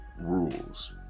Rules